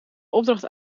opdracht